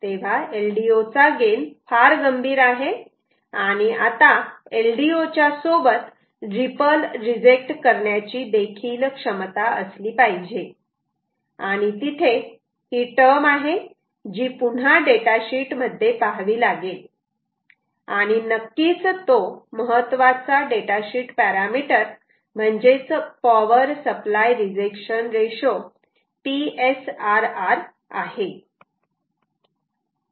तेव्हा LDO चा gain फार गंभीर आहे आणि आता LDO च्या सोबत रीपल रिजेक्ट करण्याची देखील क्षमता असली पाहिजे आणि तिथे टर्म आहे जी पुन्हा डेटा शीट मध्ये पहावी लागेल आणि नक्कीच तो महत्त्वाचा डेटा शीट पॅरामिटर म्हणजेच power supply rejection ratio PSRR आहे